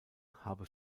habe